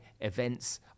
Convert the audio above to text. Events